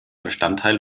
bestandteil